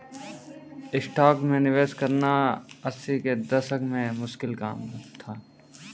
stocks में निवेश करना अस्सी के दशक में मुश्किल काम था